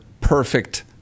perfect